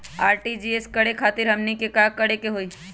RTGS करे खातीर हमनी के का करे के हो ई?